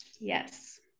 yes